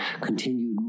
continued